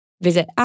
Visit